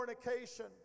fornication